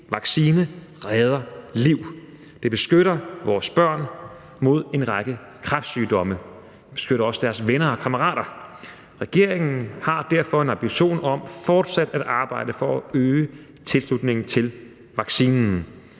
Hpv-vaccine redder liv! Det beskytter vores børn mod en række kræftsygdomme, og det beskytter også deres venner og kammerater. Regeringen har derfor en ambition om fortsat at arbejde for at øge tilslutningen til vaccinen,